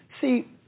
see